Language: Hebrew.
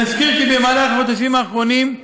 נזכיר כי בחודשים האחרונים,